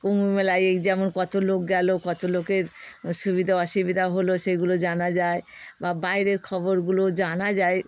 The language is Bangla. কুম্ভ মেলায় এই যেমন কত লোক গেল কত লোকের সুবিধা অসুবিধা হলো সেগুলো জানা যায় বা বাইরের খবরগুলো জানা যায়